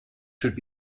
should